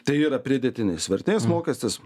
tai yra pridėtinės vertės mokestis